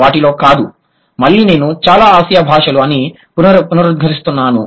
వాటిలో కాదు మళ్ళీ నేను చాలా ఆసియా భాషలు అని పునరుద్ఘాటిస్తున్నాను